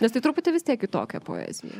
nes tai truputį vis tiek kitokia poezija